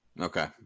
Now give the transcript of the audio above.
Okay